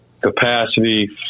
capacity